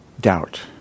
Doubt